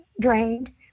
drained